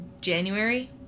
January